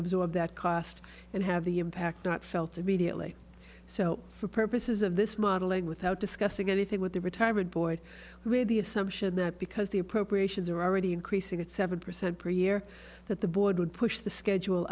absorb that cost and have the impact not felt immediately so for purposes of this modeling without discussing anything with the retired board with the assumption that because the appropriations are already increasing at seven percent per year that the board would push the schedule